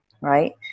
right